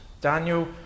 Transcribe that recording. Daniel